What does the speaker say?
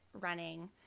running